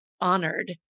honored